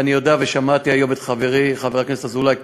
אני יודע ושמעתי היום את חברי חבר הכנסת אזולאי,